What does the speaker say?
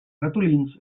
ratolins